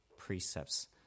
precepts